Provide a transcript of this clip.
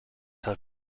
have